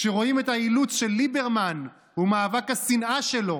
כשרואים את האילוץ של ליברמן ומאבק השנאה שלו,